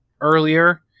earlier